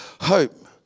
Hope